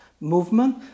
movement